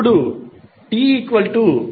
ఇప్పుడు t0